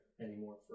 anymore